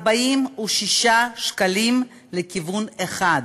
46 שקלים בכיוון אחד,